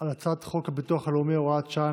על הצעת חוק הביטוח הלאומי (הוראת שעה,